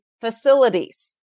facilities